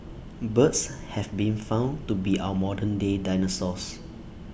birds have been found to be our modern day dinosaurs